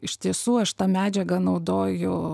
iš tiesų aš tą medžiagą naudojo